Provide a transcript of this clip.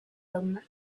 them